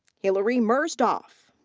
hillary merzdorgf.